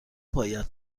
باید